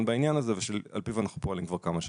בעניין הזה ושעל פיו אנחנו פועלים כבר כמה שנים.